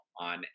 on